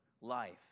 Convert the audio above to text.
life